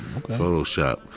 Photoshop